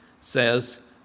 says